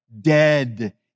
dead